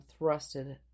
thrusted